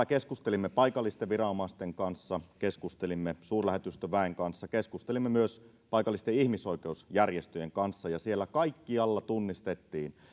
keskustelimme paikallisten viranomaisten kanssa keskustelimme suurlähetystöväen kanssa keskustelimme myös paikallisten ihmisoikeusjärjestöjen kanssa ja siellä kaikkialla tunnistettiin